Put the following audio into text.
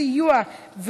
סיוע,